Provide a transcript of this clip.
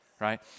right